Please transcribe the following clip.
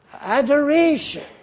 adoration